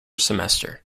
semester